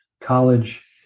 college